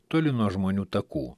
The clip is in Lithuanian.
toli nuo žmonių takų